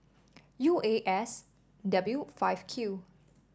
U A S W five Q